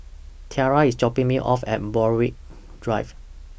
Tiarra IS dropping Me off At Borthwick Drive